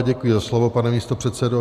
Děkuji za slovo, pane místopředsedo.